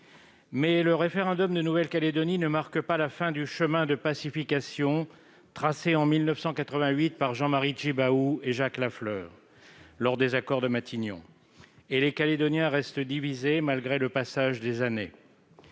le référendum de Nouvelle-Calédonie ne marque pas la fin du chemin de pacification tracé en 1988 par Jean-Marie Tjibaou et Jacques Lafleur lors des accords de Matignon.Les Calédoniens restent divisés, malgré le passage des années.